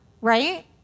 right